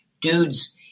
dudes